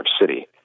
city